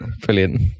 Brilliant